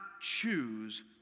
choose